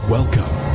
Welcome